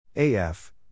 AF